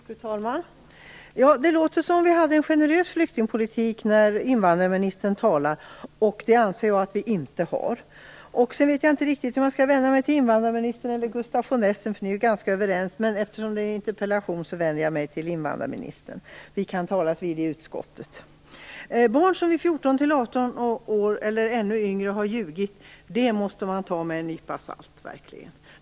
Fru talman! Det låter som om vi hade en generös flyktingpolitik när invandrarministern talar. Det anser jag att vi inte har. Jag vet inte om jag skall vända mig till invandrarministern eller till Gustaf von Essen. Ni är ju ganska överens. Eftersom det är en interpellationsdebatt vänder jag mig till invandrarministern. Gustaf von Essen och jag kan talas vid i utskottet. Om barn i 14-18-årsåldern eller ännu yngre har ljugit måste det verkligen tas med en nypa salt.